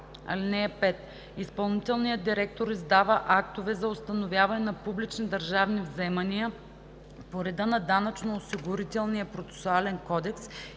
„(5) Изпълнителният директор издава актове за установяване на публични държавни вземания по реда на Данъчно осигурителния процесуален кодекс